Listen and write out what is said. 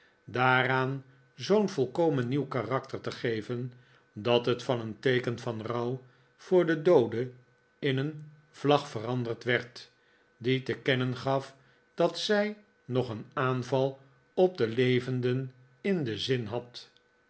daaraan zoo'n volkomen nieuw karakter te geven dat het van een teeken van rouw voor den doode in een vlag veranderd werd die te kennen gaf dat zij nog een aanval op de levenden in den zin had